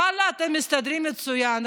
ואללה, אתם מסתדרים מצוין.